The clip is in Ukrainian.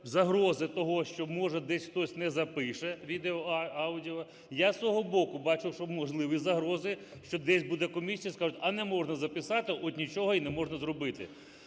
загрози того, що, може, десь хтось не запише відео, аудіо, я зі свого боку бачу, що можливі загрози, що десь буде комісія і скажуть, а не можна записати от нічого і не можна зробити.